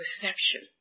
perception